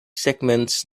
segments